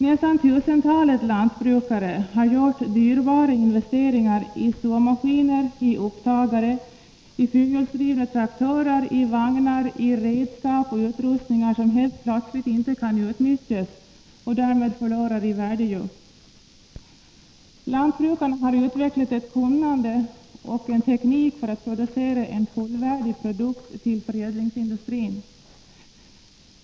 Nästan tusentalet lantbrukare har gjort dyrbara investeringar i såmaskiner, i upptagare, i fyrhjulsdrivna traktorer, i vagnar, i redskap och i utrustningar, som helt plötsligt inte kan utnyttjas och därmed förlorar i värde. Lantbrukarna har utvecklat kunnande och teknik för att framställa en , fullvärdig produkt till förädlingsindustrin.